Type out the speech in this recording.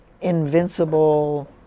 invincible